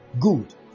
good